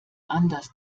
anders